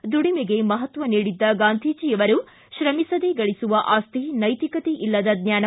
ದುಡಿಮೆಗೆ ಮಹತ್ವ ನೀಡಿದ್ದ ಗಾಂಧೀಜಿಯವರು ತ್ರಮಿಸದೇ ಗಳಿಸುವ ಆಸ್ತಿ ನೈತಿಕತೆ ಇಲ್ಲದ ಜ್ವಾನ